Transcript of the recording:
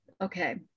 okay